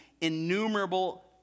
innumerable